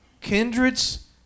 kindreds